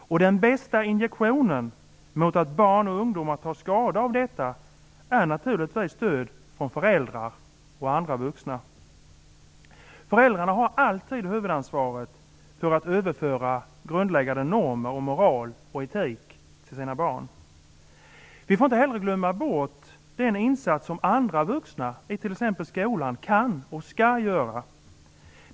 Den bästa injektionen mot att barn och ungdomar tar skada av detta är naturligtvis stöd från föräldrar och andra vuxna. Föräldrarna har alltid huvudansvaret för att överföra grundläggande normer om moral och etik till sina barn. Vi får inte heller glömma bort den insats som andra vuxna i t.ex. skolan kan och skall göra.